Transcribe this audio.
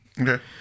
Okay